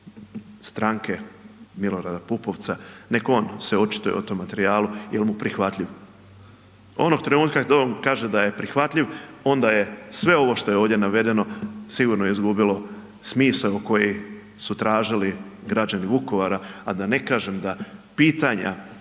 stranke Milorada Pupovca nek se o on očituje o tom materijalu jel mu prihvatljiv. Onog trenutka da on kaže da je prihvatljiv onda je sve ovo što je ovdje navedeno sigurno izgubilo smisao koji su tražili građani Vukovara. A da ne kažem da pitanja